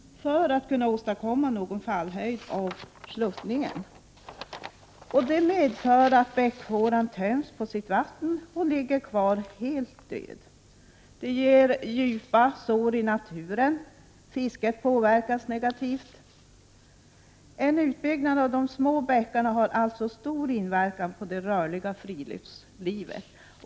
Annars kan man inte åstadkomma någon fallhöjd. Det medför att bäckfåran töms på sitt vatten och ligger kvar helt död. Det åstadkommer djupa sår i naturen, och fisket påverkas negativt. En utbyggnad av de små bäckarna har alltså stor inverkan på det rörliga friluftslivet.